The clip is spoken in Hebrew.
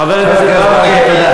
חבר הכנסת ברכה,